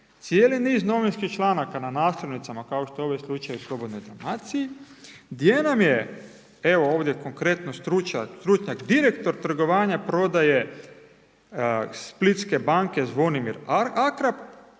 cijeli niz novinskih članaka na naslovnicama kao što je ovdje slučaj u Slobodnoj Dalmaciji, gdje nam je, evo ovdje konkretno stručnjak direktor trgovanja prodaje Splitske banke, Zvonimir Akrap